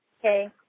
Okay